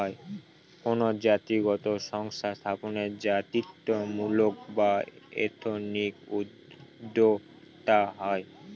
কোনো জাতিগত সংস্থা স্থাপনে জাতিত্বমূলক বা এথনিক উদ্যোক্তা হয়